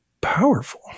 powerful